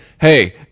hey